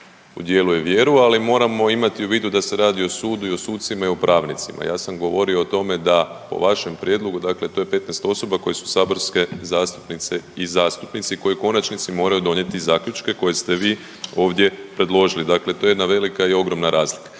dodjeljuje vjeru, ali moramo imati u vidu da se radi o sudu, i o sucima i o pravnicima. Ja sam govorio o tome da po vašem prijedlogu dakle to je 15 osoba koji su saborske zastupnice i zastupnici koji u konačnici moraju donijeti zaključke koje ste vi ovdje predložili. Dakle, to je jedna velika i ogromna razlika.